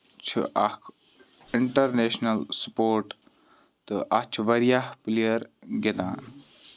چھُ اکھ international support تہٕ اَتھ چھُ واریاہ پِلیر گِندان